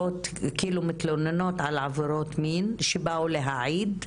מתלוננות על עבירות מין שבאו להעיד,